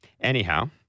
anyhow